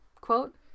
quote